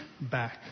back